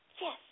yes